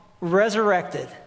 resurrected